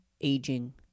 aging